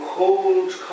cold